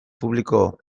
publiko